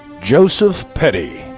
joseph petty.